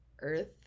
earth